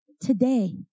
Today